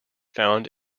found